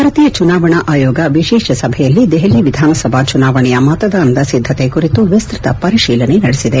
ಭಾರತೀಯ ಚುನಾವಣಾ ಆಯೋಗ ವಿಶೇಷ ಸಭೆಯಲ್ಲಿ ದೆಹಲಿ ವಿಧಾನಸಭಾ ಚುನಾವಣೆಯ ಮತದಾನದ ಸಿದ್ದತೆ ಕುರಿತು ವಿಸ್ತ್ವತ ಪರಶೀಲನೆ ನಡೆಸಿದೆ